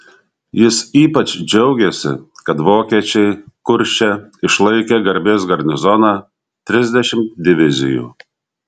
jis ypač džiaugėsi kad vokiečiai kurše išlaikė garbės garnizoną trisdešimt divizijų